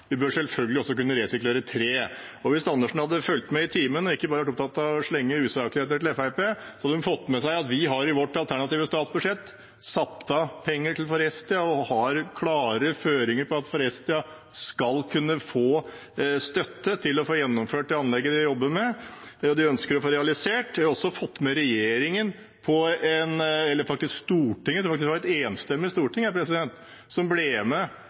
vi bør selvfølgelig også kunne resirkulere tre. Hvis Andersen hadde fulgt med i timen og ikke bare vært opptatt av å slenge usakligheter til Fremskrittspartiet, hadde hun fått med seg at vi i vårt alternative statsbudsjett har satt av penger til Forestia og har klare føringer for at Forestia skal kunne få støtte til å få gjennomført det anlegget de jobber med, det de ønsker å få realisert. Vi har også fått med Stortinget – jeg tror faktisk det var et enstemmig storting – på en felles merknad i forbindelse med